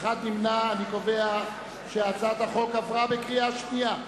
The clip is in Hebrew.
אני קובע שהצעת החוק עברה בקריאה שנייה.